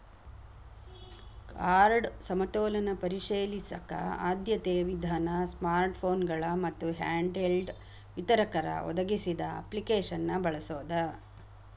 card ಸಮತೋಲನ ಪರಿಶೇಲಿಸಕ ಆದ್ಯತೆಯ ವಿಧಾನ ಸ್ಮಾರ್ಟ್ಫೋನ್ಗಳ ಮತ್ತ ಹ್ಯಾಂಡ್ಹೆಲ್ಡ್ ವಿತರಕರ ಒದಗಿಸಿದ ಅಪ್ಲಿಕೇಶನ್ನ ಬಳಸೋದ